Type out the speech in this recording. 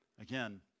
Again